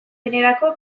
denerako